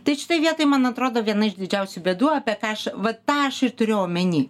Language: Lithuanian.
tik štoj vietoj man atrodo viena iš didžiausių bėdų apie ką aš vat tą aš ir turiu omeny